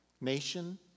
nation